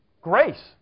Grace